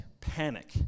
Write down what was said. panic